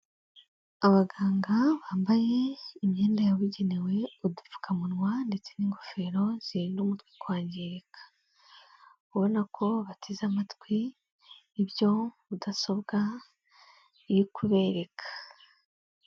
Abaganga bambaye imyenda yabugenewe, udupfukamunwa ndetse n'ingofero zirinda umutwe kwangirika, ubona ko bateze amatwi, ibyo mudasobwa iri kubereka.